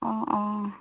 অঁ অঁ